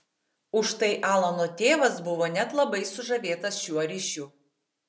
užtai alano tėvas buvo net labai sužavėtas šiuo ryšiu